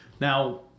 Now